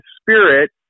Spirit